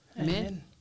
Amen